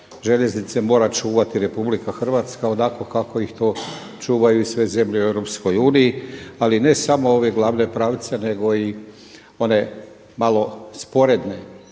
željeznice mora čuvati RH onako kako ih to čuvaju i sve zemlje u EU ali ne samo ove glavne pravce nego i one malo sporedne.